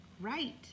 right